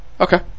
Okay